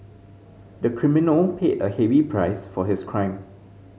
the criminal paid a heavy price for his crime